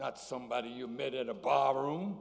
not somebody you met at a bar room